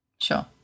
Sure